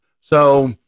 So-